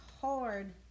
hard